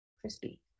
crispy